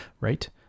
right